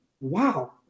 wow